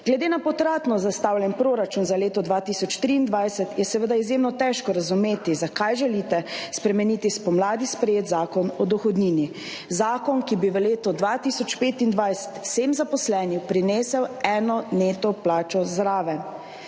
Glede na potratno zastavljen proračun za leto 2023 je seveda izjemno težko razumeti zakaj želite spremeniti spomladi sprejet Zakon o dohodnini. Zakon, ki bi v letu 2025 vsem zaposlenim prinesel eno neto plačo zraven,